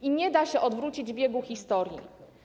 I nie da się odwrócić biegu historii.